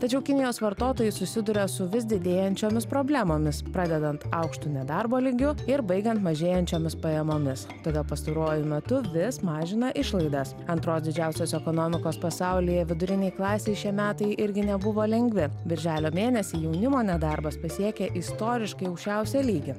tačiau kinijos vartotojai susiduria su vis didėjančiomis problemomis pradedant aukštu nedarbo lygiu ir baigiant mažėjančiomis pajamomis todėl pastaruoju metu vis mažina išlaidas antros didžiausios ekonomikos pasaulyje vidurinei klasei šie metai irgi nebuvo lengvi birželio mėnesį jaunimo nedarbas pasiekė istoriškai aukščiausią lygį